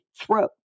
throat